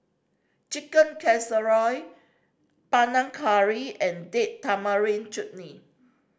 Chicken Casserole Panang Curry and Date Tamarind Chutney